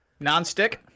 nonstick